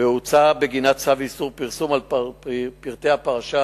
והוצא בגינה צו איסור פרסום על פרטי הפרשה.